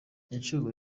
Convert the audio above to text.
icuruzwa